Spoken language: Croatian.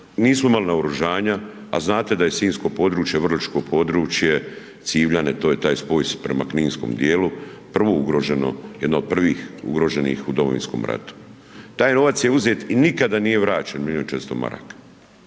imali naoružanja, a znate da je sinjsko i vrličko područje Civljane to je taj spoj prema kninskom dijelu prvo ugroženo, jedno od prvih ugroženih u Domovinskom ratu. Taj novac je uzet i nikada nije vraćen milijun i 400 maraka.